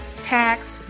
tax